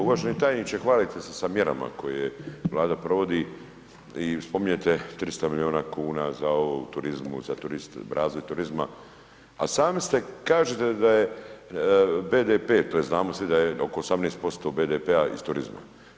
Uvaženi tajniče hvalite se sa mjerama, koje Vlada provodi i spominjete 300 milijuna kuna za ovo u turizmu, za razvoj turizma, a sami ste, kažete da je BDP, to znamo svi da je oko 18% BDP-a iz turizma.